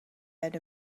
had